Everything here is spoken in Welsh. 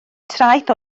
traeth